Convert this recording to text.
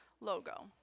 logo